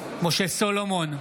בעד משה סולומון,